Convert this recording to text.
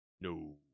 no